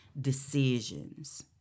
decisions